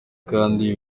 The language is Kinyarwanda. kandi